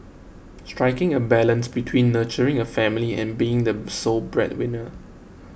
striking a balance between nurturing a family and being the sole breadwinner